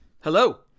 Hello